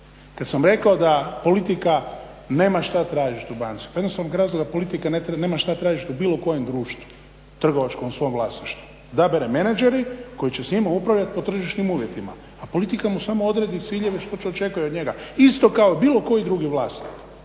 Kad sam rekao da politika nema šta tražiti u banci. Pa jednom sam kazao da politika nema što tražiti u bilo kojem društvu, trgovačkom u svom vlasništvu …/Govornik se ne razumije./… menadžeri koji će s njime upravljati po tržišnim uvjetima, a politika mu samo odredi ciljeve što se očekuje od njega isto kao bilo koji drugi vlasnik.